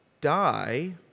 die